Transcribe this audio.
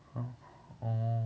oh orh